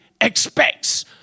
expects